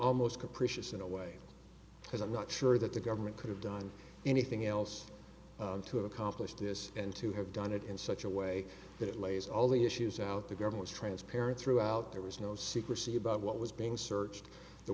almost capricious in a way because i'm not sure that the government could have done anything else to accomplish this and to have done it in such a way that it lays all the issues out the government's transparent throughout there was no secrecy about what was being searched the